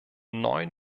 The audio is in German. neun